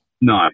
No